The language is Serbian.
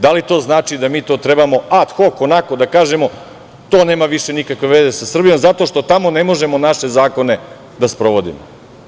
Da li to znači da mi to trebamo ad hok, onako da kažemo, to nema više nikakve veze sa Srbijom zato što tamo ne možemo naše zakone da sprovodimo?